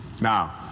Now